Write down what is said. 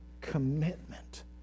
commitment